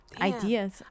ideas